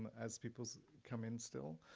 as people come in still.